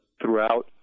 throughout